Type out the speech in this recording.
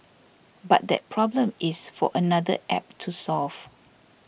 but that problem is for another App to solve